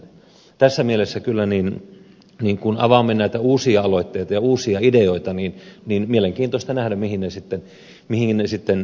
tässä mielessä kyllä kun avaamme näitä uusia aloitteita ja uusia ideoita on mielenkiintoista nähdä mihin ne sitten johtavat